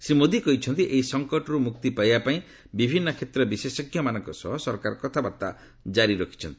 ପ୍ରଧାନମନ୍ତ୍ରୀ କହିଛନ୍ତି ଏହି ସଙ୍କଟରୁ ମୁକ୍ତି ପାଇବା ପାଇଁ ବିଭିନ୍ନ କ୍ଷେତ୍ରର ବିଶେଷଜ୍ଞମାନଙ୍କ ସହ ସରକାର କଥାବାର୍ତ୍ତା ଜାରି ରଖିଛନ୍ତି